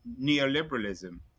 neoliberalism